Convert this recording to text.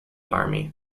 army